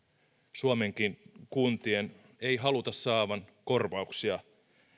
suomenkin kuntien ei haluta saavan korvauksia